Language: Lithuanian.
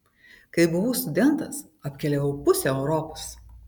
kai buvau studentas apkeliavau pusę europos